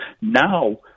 now